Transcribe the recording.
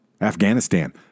Afghanistan